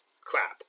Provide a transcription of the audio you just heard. crap